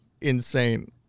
insane